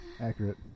Accurate